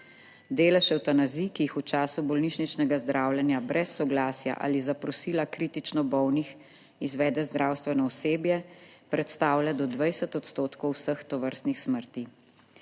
Delež evtanazij, ki jih v času bolnišničnega zdravljenja brez soglasja ali zaprosila kritično bolnih izvede zdravstveno osebje, predstavlja do 20 odstotkov vseh tovrstnih smrti.